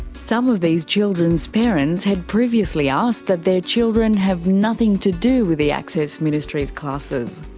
some of these children's parents had previously asked that their children have nothing to do with the access ministries classes.